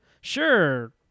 sure